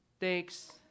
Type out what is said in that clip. takes